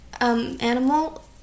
animal